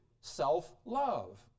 self-love